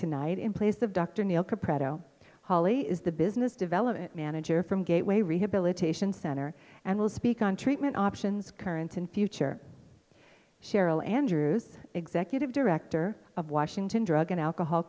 tonight in place of dr neil capriccio holley is the business development manager from gateway rehabilitation center and will speak on treatment options current and future cheryl andrews executive director of washington drug and alcohol